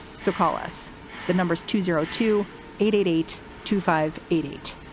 so call us the numbers two zero two eight eight eight two five eight eight.